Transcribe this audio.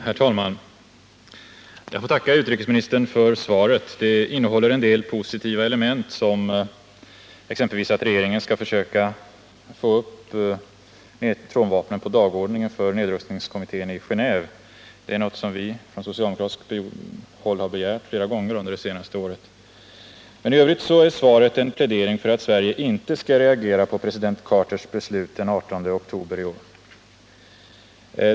Herr talman! Jag tackar utrikesministern för svaret. Det innehåller visserligen en del positiva element, såsom att regeringen skall försöka få upp frågan om neutronvapnet på dagordningen för nedrustningskommittén i 'Genéve — något som vi från socialdemokratiskt håll har begärt flera gånger under det senaste året — men i övrigt är svaret en plädering för att Sverige inte skall reagera på president Carters beslut den 18 oktober i år.